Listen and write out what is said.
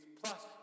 plus